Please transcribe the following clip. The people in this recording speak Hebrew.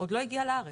עוד לא הגיעה לארץ.